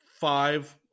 five